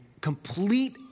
complete